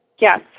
Yes